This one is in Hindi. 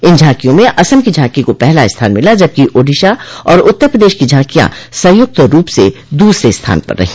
इन झांकियों में असम की झांको को पहला स्थान मिला जबकि ओडिशा और उत्तर प्रदेश की झांकियां संयुक्त रूप से दूसरे स्थान पर रहीं